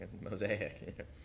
Mosaic